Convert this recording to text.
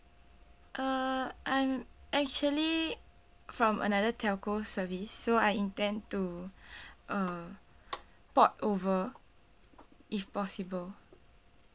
uh I'm actually from another telco service so I intend to uh port over if possible